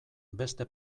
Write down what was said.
beste